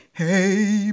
hey